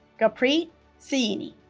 gurpreet saini